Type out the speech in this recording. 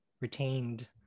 retained